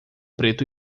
preto